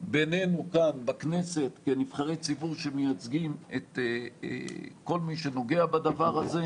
בינינו כאן בכנסת כנבחרי ציבור שמייצגים את כל מי שנוגע בדבר הזה,